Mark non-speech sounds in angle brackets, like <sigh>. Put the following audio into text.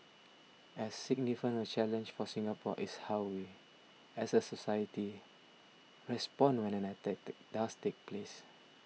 as significant a challenge for Singapore is how we as a society respond when an attack <noise> does take place